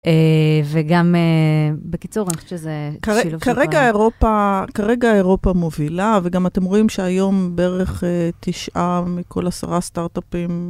וגם, בקיצור, אני חושבת שזה שילוב שירה. כרגע אירופה מובילה, וגם אתם רואים שהיום בערך תשעה מכל עשרה סטארט-אפים.